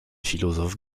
philosophes